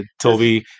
Toby